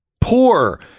Poor